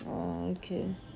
oh okay